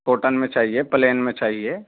cotton میں چاہیے plain میں چاہیے